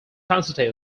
constitute